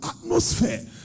atmosphere